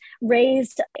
raised